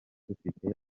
dufite